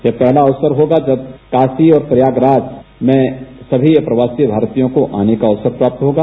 यह पहला अवसर होगा जब काष्टी और प्रयागराज में सभी प्रवासी भारतीयों को आने का अवसर प्राप्त होगा